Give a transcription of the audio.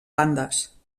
bandes